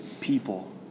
people